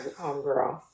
homegirl